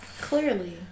Clearly